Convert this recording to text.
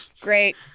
Great